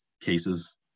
cases